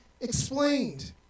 explained